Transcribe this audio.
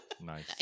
Nice